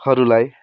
हरूलाई